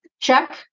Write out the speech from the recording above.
check